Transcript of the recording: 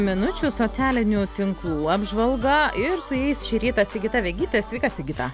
minučių socialinių tinklų apžvalga ir su jais šį rytą sigita vegytė sveika sigita